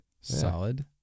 Solid